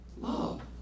love